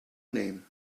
name